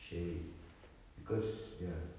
share it because ya